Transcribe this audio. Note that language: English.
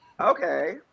okay